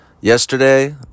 yesterday